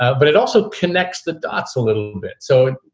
ah but it also connects the dots a little bit. so,